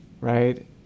right